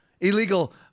illegal